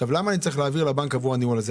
עכשיו למה אני צריך להעביר לבנק עבור הניהול הזה?